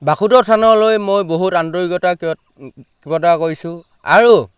বাসুদেৱ থানলৈ মই বহুত আন্তৰিকতা কৃতজ্ঞতা কৰিছোঁ আৰু